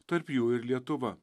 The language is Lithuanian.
tarp jų ir lietuva